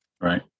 Right